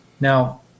Now